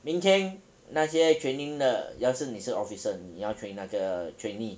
明天那些 training 的要是你是 officer 你要 training 那个 trainee